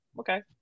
okay